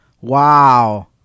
Wow